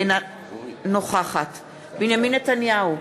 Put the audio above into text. אינה נוכחת בנימין נתניהו,